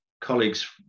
colleagues